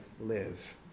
live